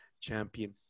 champion